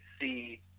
see